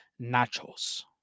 nachos